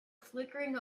flickering